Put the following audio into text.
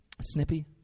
Snippy